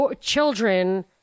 children